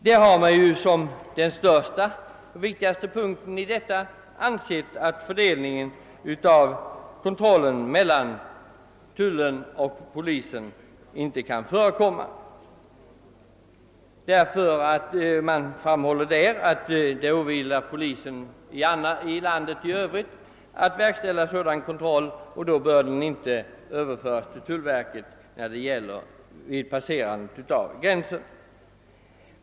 Som det viktigaste skälet härtill har utskottet framhållit, att en fördelning av kontrollen mellan tullen och polisen inte bör förekomma, därför att det åvilar polisen i landet i övrigt att verkställa sådan kontroll. Med hänsyn härtill bör inte kontrollen överföras till tullverket vid passerandet av gränsen.